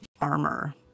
armor